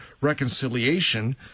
reconciliation